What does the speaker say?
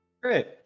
Great